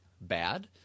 bad